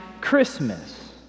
Christmas